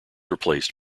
replaced